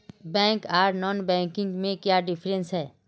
Bank आर non banking में क्याँ डिफरेंस है?